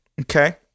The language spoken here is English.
Okay